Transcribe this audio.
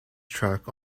track